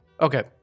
Okay